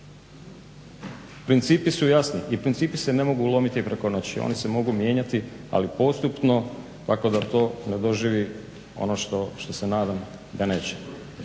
Principi su jasni i principi se ne mogu lomiti preko noći, oni se mogu mijenjati ali postupno tako da to ne doživi ono što se nadam da neće.